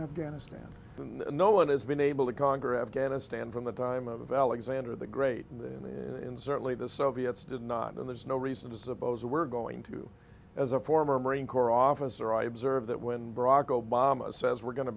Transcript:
afghanistan and no one has been able to conquer afghanistan from the time of alexander the great and in certainly the soviets did not and there's no reason to suppose we're going to as a former marine corps officer i observe that when barack obama says we're going to